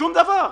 ושום דבר.